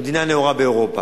במדינה נאורה באירופה.